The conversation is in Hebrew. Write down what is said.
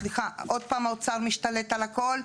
סליחה, עוד פעם האוצר משתלט על הכל.